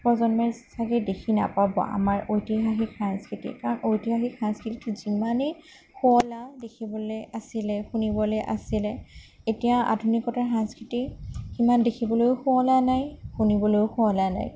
প্ৰজন্মই ছাগে দেখি নাপাব আমাৰ ঐতিহাসিক সংস্কৃতি কাৰণ ঐতিহাসিক সংস্কৃতি যিমানেই শুৱলা দেখিবলৈ আছিলে শুনিবলৈ আছিলে এতিয়া আধুনিকতাৰ সংস্কৃতি ইমান দেখিবলৈও শুৱলা নাই শুনিবলৈও শুৱলা নাই